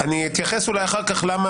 אני אתייחס אולי אחר כך למה